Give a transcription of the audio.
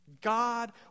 God